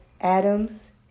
Adams